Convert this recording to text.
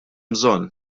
bżonn